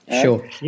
Sure